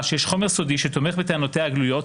שיש חומר סודי שתומך בטענותיה הגלויות,